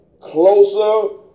closer